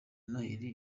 noheri